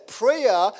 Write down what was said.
prayer